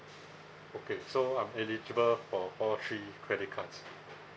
okay so I'm eligible for all three credit cards